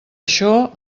això